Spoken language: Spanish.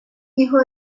hijo